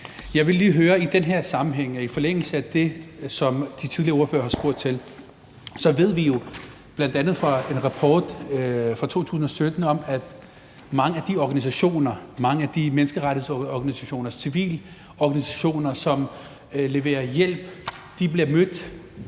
Jeg vil i den her sammenhæng stille et spørgsmål i forlængelse af det, som de tidligere ordførere har spurgt til. Vi ved jo bl.a. fra en rapport fra 2017, at mange af de menneskerettighedsorganisationer, civile organisationer, som leverer hjælp, bliver mødt